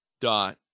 dot